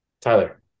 Tyler